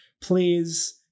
Please